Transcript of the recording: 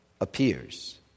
appears